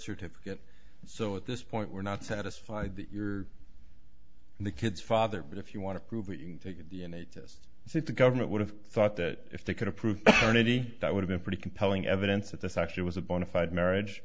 certificate so at this point we're not satisfied that you're the kid's father but if you want to prove it you can take a d n a test since the government would have thought that if they could approve maybe that would have been pretty compelling evidence that this actually was a bona fide marriage